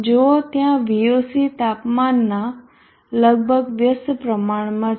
જુઓ ત્યાં Voc તાપમાનનાં લગભગ વ્યસ્ત પ્રમાણમાં છે